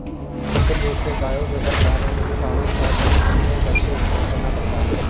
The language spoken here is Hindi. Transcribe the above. कृत्रिम रूप से गायों के गर्भधारण हेतु साँडों का वीर्य संचय करके इंजेक्ट करना पड़ता है